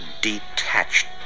detached